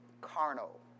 carnal